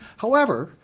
however,